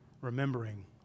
Remembering